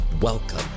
Welcome